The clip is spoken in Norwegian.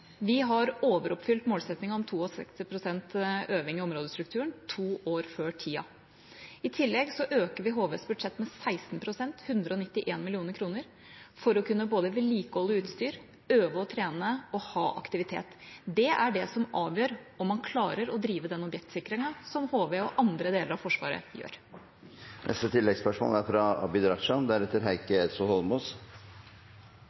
Vi har overoppfylt målsettingen om 62 pst. øving i områdestrukturen, to år før tida. I tillegg øker vi HVs budsjett med 16 pst. – 191 mill. kr – for å kunne både vedlikeholde utstyr, øve, trene og ha aktivitet. Det er det som avgjør om man klarer å drive den objektsikringen som HV og andre deler av Forsvaret gjør. Abid Q. Raja – til oppfølgingsspørsmål. Samfunnets sikkerhet er